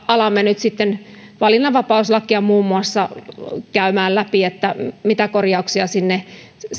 alamme nyt valinnanvapauslakia muun muassa käymään läpi mitä korjauksia sinne